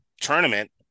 tournament